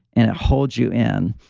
and it holds you in.